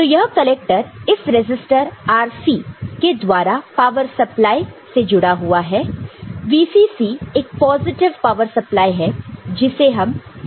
तो यह कलेक्टर इस रसिस्टर RC के द्वारा पावर सप्लाई से जुड़ा हुआ है VCC एक पॉजिटिव पावर सप्लाई है जिसे हम 5 वोल्ट मानकर चलेंगे